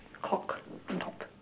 clock top